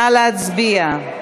נא להצביע.